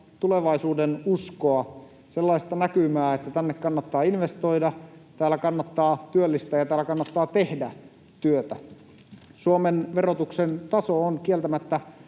tulevaisuudenuskoa, sellaista näkymää, että tänne kannattaa investoida, täällä kannattaa työllistää ja täällä kannattaa tehdä työtä. Suomen verotuksen taso on kieltämättä